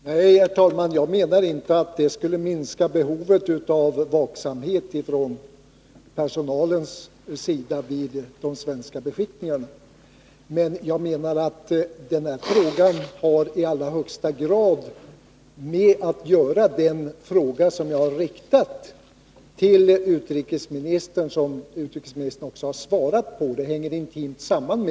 Herr talman! Jag menar inte att behovet av vaksamhet hos personalen vid de svenska beskickningarna skulle minska, men jag menar att frågan om ett UNHCR-kontor i allra högsta grad har att göra med den fråga som jag har riktat till utrikesministern och som utrikesministern också har svarat på — frågorna hänger intimt samman.